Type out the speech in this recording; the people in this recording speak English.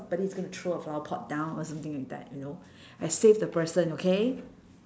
~body's gonna throw a flower pot down or something like that you know I save the person okay